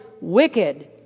wicked